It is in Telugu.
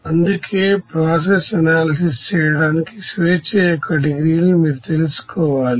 అందుకే ప్రాసెస్ ఎనాలిసిస్ చేయడానికి ప్రాసెస్ డిగ్రీస్ అఫ్ ఫ్రీడమ్ ను మీరు తెలుసుకోవాలి